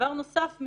דבר נוסף,